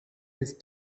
his